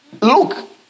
look